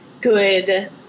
good